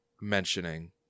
mentioning